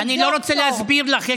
אני לא רוצה להסביר לך.